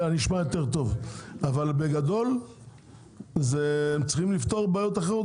אבל בגדול הם צריכים לפתור גם בעיות אחרות.